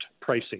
pricing